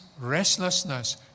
restlessness